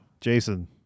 Jason